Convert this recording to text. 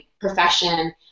profession